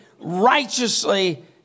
righteously